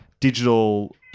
digital